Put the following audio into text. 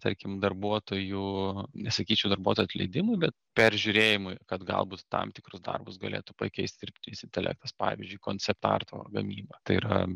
tarkim darbuotojų nesakyčiau darbuotojų atleidimui bet peržiūrėjimui kad galbūt tam tikrus darbus galėtų pakeisti dirbtinis intelektas pavyzdžiui koncept arto gamyba tai yra